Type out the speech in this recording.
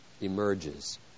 emerges